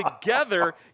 together